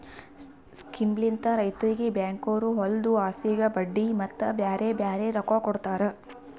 ಸ್ಕೀಮ್ಲಿಂತ್ ರೈತುರಿಗ್ ಬ್ಯಾಂಕ್ದೊರು ಹೊಲದು ಆಸ್ತಿಗ್ ಬಡ್ಡಿ ಮತ್ತ ಬ್ಯಾರೆ ಬ್ಯಾರೆ ರೊಕ್ಕಾ ಕೊಡ್ತಾರ್